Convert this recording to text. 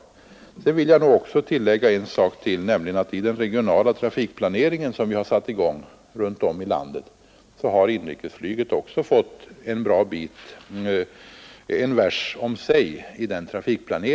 Sedan vill jag tillägga en sak, nämligen att i den regionala trafikplanering som vi har satt i gång runt om i landet har inrikesflyget också fått en vers.